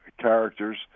characters